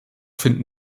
finden